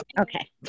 Okay